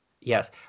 Yes